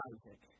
Isaac